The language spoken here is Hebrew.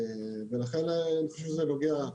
ולכן אני חושב שזה נוגע לכולנו.